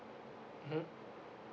mmhmm